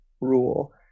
rule